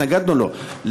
התנגדנו לו,